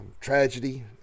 tragedy